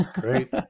Great